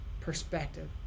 perspective